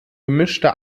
gemischte